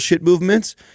movements